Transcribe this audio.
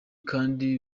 kandi